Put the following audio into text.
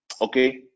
okay